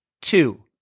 Two